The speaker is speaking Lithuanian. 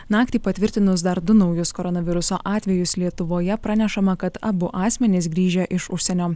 naktį patvirtinus dar du naujus koronaviruso atvejus lietuvoje pranešama kad abu asmenys grįžę iš užsienio